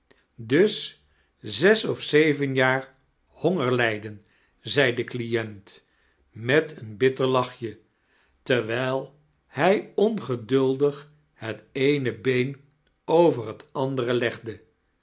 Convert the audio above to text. dus zee of zeven jaar hongerlijden zei de clienit met een bitter lachje terwijl hij ongediuldig het eene been over net andere legde